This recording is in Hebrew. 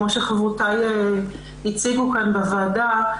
כמו שחברותיי הציגו כאן בוועדה,